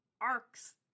arcs